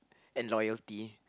and loyalty